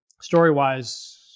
story-wise